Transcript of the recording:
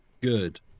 Good